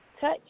touch